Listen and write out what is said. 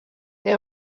they